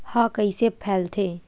ह कइसे फैलथे?